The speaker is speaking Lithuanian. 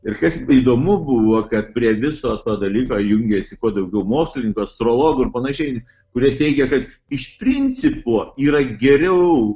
ir kas įdomu buvo kad prie viso to dalyko jungėsi kuo daugiau mokslininkų astrologų ir panašiai kurie teigė kad iš principo yra geriau